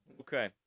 Okay